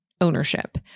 ownership